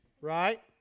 Right